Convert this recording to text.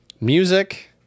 music